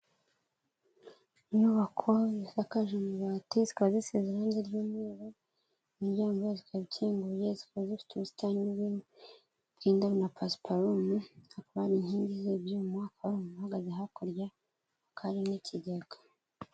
Inyubako zisakaje ubibati, zikaba zisize irange ry'umweru, imiryango yazo ikaba ikinguye, zikaba zifite ubusitani burimo indabyo na pasiparume, hakaba hari inkingi z'ibyuma, hakaba hari umuntu uhagaze hakurya, hakaba hari n'ikigega.